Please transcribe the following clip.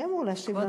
מי אמור להשיב לנו?